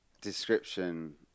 description